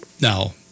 Now